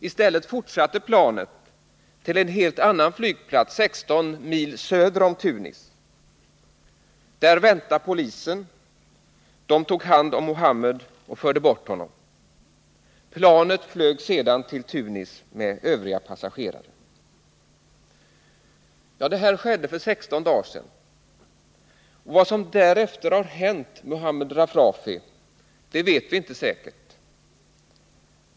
I stället fortsatte planet till en helt annan flygplats 16 mil söder om Tunis. Där väntade polisen, som tog hand om Mohamed Rafrafi och förde bort honom. Planet flög sedan till Tunis med övriga passagerare. Det här skedde för 16 dagar sedan. Vad som därefter har hänt Rafrafi vet vi inte säkert.